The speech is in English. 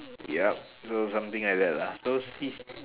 yup so something like that lah so if